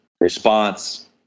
response